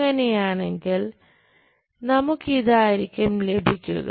അങ്ങനെയാണെങ്കിൽ നമുക്ക് ഇതായിരിക്കും ലഭിക്കുക